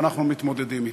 ואנחנו מתמודדים אתה,